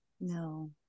No